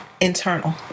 internal